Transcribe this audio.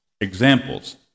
Examples